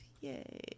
Yay